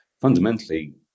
fundamentally